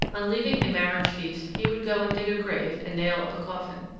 on leaving a marriage-feast, he would go and dig a grave and nail up a coffin.